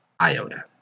iota